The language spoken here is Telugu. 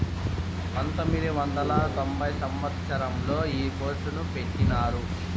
పంతొమ్మిది వందల తొంభై సంవచ్చరంలో ఈ కోర్సును పెట్టినారు